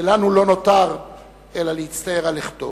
ולנו לא נותר אלא להצטער על לכתו.